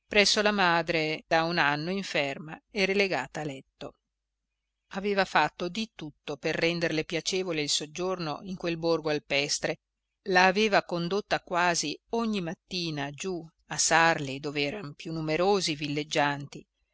presso la madre da un anno inferma e relegata a letto aveva fatto di tutto per renderle piacevole il soggiorno in quel borgo alpestre la aveva condotta quasi ogni mattina giù a sarli dov'eran più numerosi i villeggianti